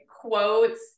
quotes